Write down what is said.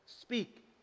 Speak